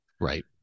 Right